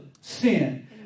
sin